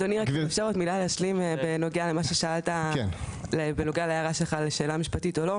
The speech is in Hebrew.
אני רוצה עוד מילה להשלים בנוגע להערה שלך לשאלה משפטית או לא.